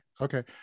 okay